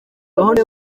gahunda